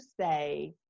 say